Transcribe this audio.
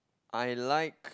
I like